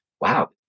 wow